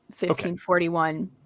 1541